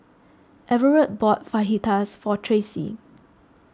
Everett bought Fajitas for Tracee